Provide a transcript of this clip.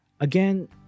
Again